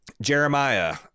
Jeremiah